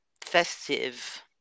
festive